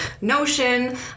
notion